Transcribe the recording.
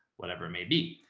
whatever it may be.